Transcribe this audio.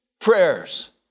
prayers